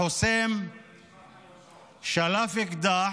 החוסם שלף אקדח,